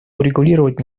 урегулировать